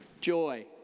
joy